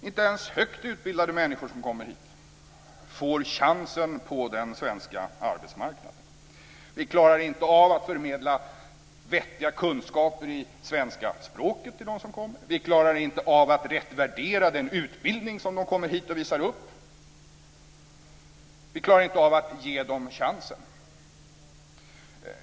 Inte ens högt utbildade människor som kommer hit får chansen på den svenska arbetsmarknaden. Vi klarar inte att förmedla vettiga kunskaper i svenska språket till dem som kommer hit. Vi klarar inte att rätt värdera den utbildning som de kommer hit och visar upp. Vi klarar inte av att ge dem chansen.